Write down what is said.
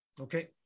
Okay